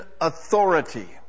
authority